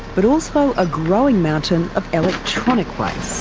but also a growing mountain of electronic waste.